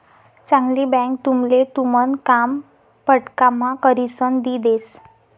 चांगली बँक तुमले तुमन काम फटकाम्हा करिसन दी देस